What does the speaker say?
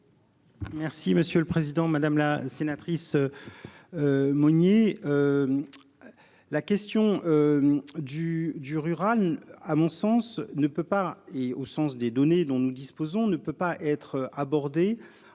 Merci monsieur le président, madame la sénatrice. Mounier. La question. Du du rural, à mon sens, ne peut pas et au sens des données dont nous disposons, ne peut pas être abordé